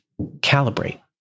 calibrate